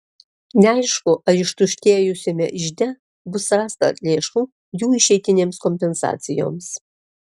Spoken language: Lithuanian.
neaišku ar ištuštėjusiame ižde bus rasta lėšų jų išeitinėms kompensacijoms